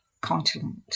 continent